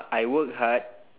I work hard